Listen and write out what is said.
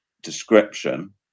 description